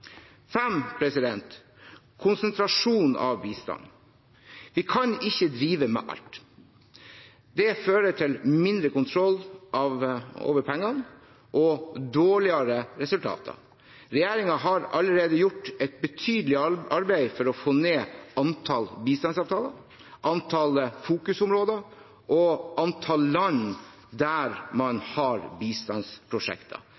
Konsentrasjon av bistanden: Vi kan ikke drive med alt. Det fører til mindre kontroll over pengene og dårligere resultater. Regjeringen har allerede gjort et betydelig arbeid for å få ned antall bistandsavtaler, antall fokusområder og antall land der